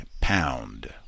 pound